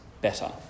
better